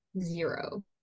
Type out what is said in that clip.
zero